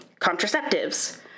Contraceptives